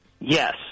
Yes